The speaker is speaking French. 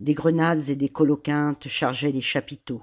des grenades et des coloquintes chargeaient les chapiteaux